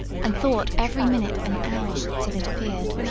and thought every minute an hour till it appeared.